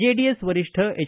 JDS ವರಿಷ್ಠ H